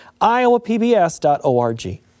iowapbs.org